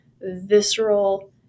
visceral